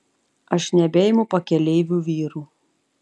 aš nebeimu pakeleivių vyrų